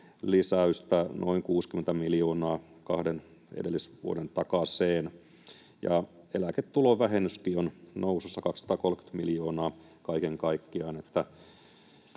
lisäystä noin 60 miljoonaa kahden edellisvuoden takaiseen. Eläketulovähennyskin on nousussa 230 miljoonaa kaiken kaikkiaan.